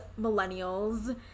millennials